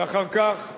ואחר כך,